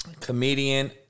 Comedian